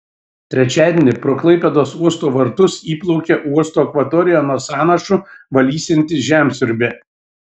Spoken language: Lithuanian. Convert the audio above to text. trečiadienį pro klaipėdos uosto vartus įplaukė uosto akvatoriją nuo sąnašų valysianti žemsiurbė